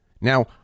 now